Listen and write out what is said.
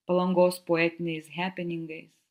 palangos poetiniais hepeningais